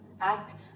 Ask